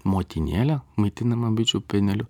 motinėle maitinama bičių pieneliu